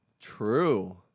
True